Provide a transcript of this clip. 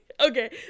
Okay